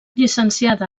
llicenciada